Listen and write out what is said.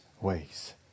ways